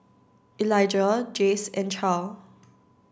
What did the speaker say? Elijah Jase and Charle